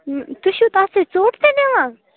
تُہۍ چھُو تَتھ سۭتۍ ژۄٹ تہِ نِوان